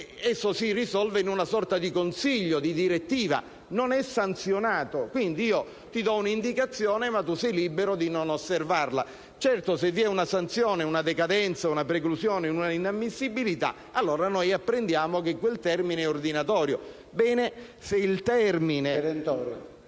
esso si risolve in una sorta di consiglio, di direttiva, e non è sanzionato: io do un'indicazione ma tu sei libero di non osservarla. Certo, se vi è una sanzione, una decadenza, una preclusione, un'inammissibilità, allora apprendiamo che quel termine è perentorio. Il termine